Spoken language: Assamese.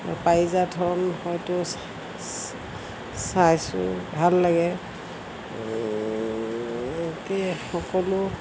হয়তো চাইছোঁ ভাল লাগে সকলো